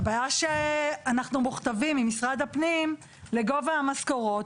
הבעיה שאנחנו מוכתבים ממשרד הפנים לגובה המשכורות.